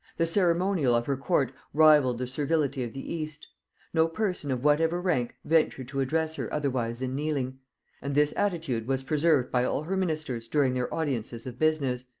the ceremonial of her court rivalled the servility of the east no person of whatever rank ventured to address her otherwise than kneeling and this attitude was preserved by all her ministers during their audiences of business,